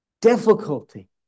difficulty